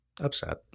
upset